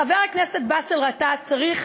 חבר הכנסת באסל גטאס צריך